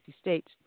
states